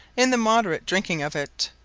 in the moderate drinking of it.